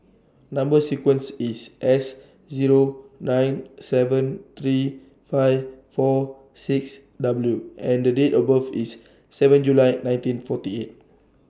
Number sequence IS S Zero nine seven three five four six W and Date of birth IS seven July nineteen forty eight